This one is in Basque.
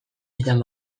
izan